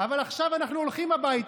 אבל עכשיו אנחנו כבר הולכים הביתה,